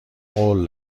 قول